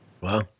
Wow